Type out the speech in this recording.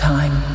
Time